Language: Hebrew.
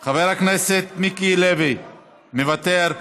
חבר הכנסת מיקי לוי, מוותר,